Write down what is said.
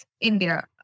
India